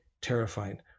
terrifying